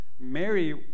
Mary